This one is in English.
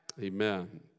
Amen